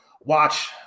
watch